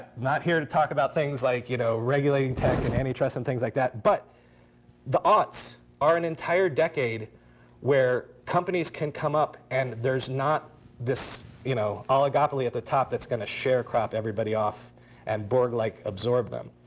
not here to talk about things like you know regulating tech and antitrust and things like that. but the ah zero s are an entire decade where companies can come up and there's not this you know oligopoly at the top that's going to sharecrop everybody off and borg-like absorb them.